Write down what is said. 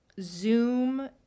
Zoom